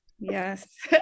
Yes